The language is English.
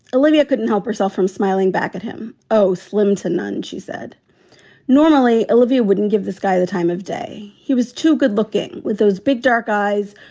olivia couldn't help herself from smiling back at him. oh, slim to none. she said normally olivia wouldn't give this guy the time of day. he was too good looking. with those big dark eyes,